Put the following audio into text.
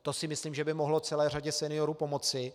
To si myslím, že by mohlo celé řadě seniorů pomoci.